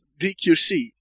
DQC